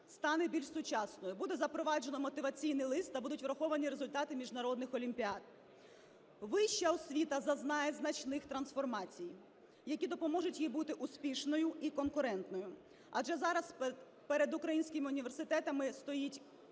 стане більш сучасною: буде запроваджено мотиваційний лист та будуть враховані результати міжнародних олімпіад. Вища освіта зазнає значних трансформацій, які допоможуть їй бути успішною і конкурентною. Адже зараз перед українським університетами стоїть